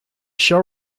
show